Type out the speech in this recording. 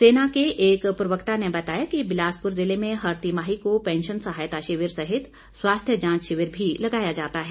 सेना के एक प्रवक्ता ने बताया कि बिलासपुर जिले में हर तिमाही को पैंशन सहायता शिविर सहित स्वास्थ्य जांच शिविर भी लगाया जाता है